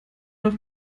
noch